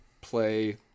play